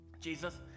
Jesus